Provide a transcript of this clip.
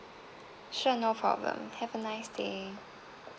sure no problem have a nice day